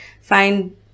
Find